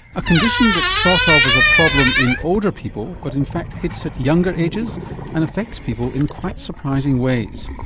a condition that's thought of as a problem in older people but in fact hits at younger ages and affects people in quite surprising ways.